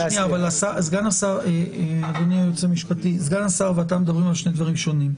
סגן השר והיועץ המשפטי לוועדה מדברים על שני דברים שונים.